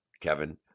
Kevin